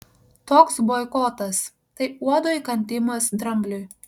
toks boikotas tai uodo įkandimas drambliui